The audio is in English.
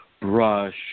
brush